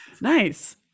Nice